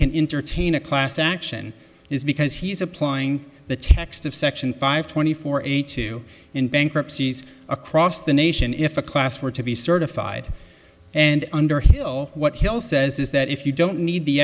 can entertain a class action is because he's applying the text of section five twenty four eighty two in bankruptcies across the nation if a class were to be certified and underhill what hill says is that if you don't need the